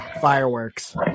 Fireworks